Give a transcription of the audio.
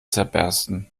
zerbersten